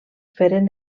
feren